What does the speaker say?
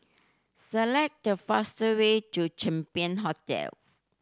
select the faster way to Champion Hotel